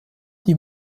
die